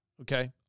okay